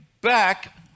back